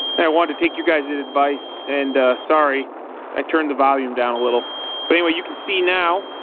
and i wanted to take you guys at advice and sorry i turned the volume down a little but anyway you can see now